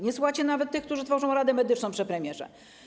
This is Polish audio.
Nie słuchacie nawet tych, którzy tworzą radę medyczną przy premierze.